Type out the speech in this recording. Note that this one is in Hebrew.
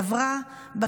נתקבל.